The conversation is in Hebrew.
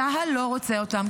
צה"ל לא רוצה אותם,